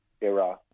era